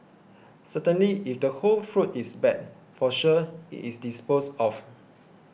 certainly if the whole fruit is bad for sure it is disposed of